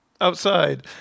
outside